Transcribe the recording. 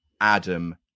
Adam